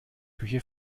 küche